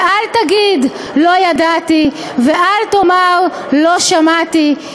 ואל תגיד 'לא ידעתי' ואל תאמר 'לא שמעתי',